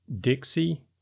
Dixie